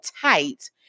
tight